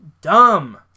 Dumb